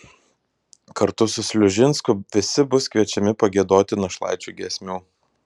kartu su sliužinsku visi bus kviečiami pagiedoti našlaičių giesmių